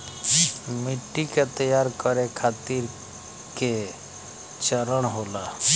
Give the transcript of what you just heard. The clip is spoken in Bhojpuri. मिट्टी के तैयार करें खातिर के चरण होला?